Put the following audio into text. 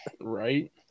Right